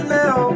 now